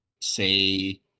say